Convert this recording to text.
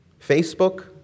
Facebook